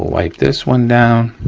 wipe this one down.